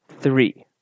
three